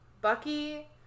Bucky